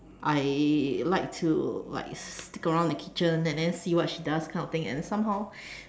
I like to like stick around the kitchen and see what she does and somehow